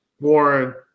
Warren